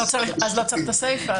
אז לא צריך את הסיפה.